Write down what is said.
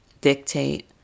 dictate